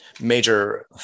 major